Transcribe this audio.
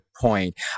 point